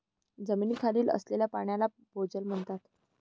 जमिनीखाली असलेल्या पाण्याला भोजल म्हणतात